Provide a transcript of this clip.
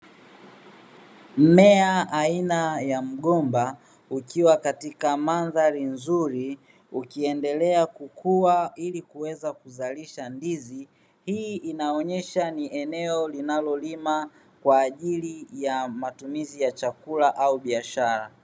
Mmea aina ya mgomba ukiwa katika mandhari nzuri ukiendelea kukuwa ili kuweza kuzalisha ndizi, hii inaonyesha ni eneo linalolima kwa ajili ya matumizi ya chakula au biashara.